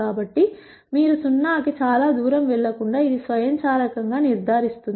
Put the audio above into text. కాబట్టి మీరు సున్నాకి చాలా దూరం వెళ్ళకుండా ఇది స్వయంచాలకంగా నిర్ధారిస్తుంది